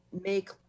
make